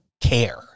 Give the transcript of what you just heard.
care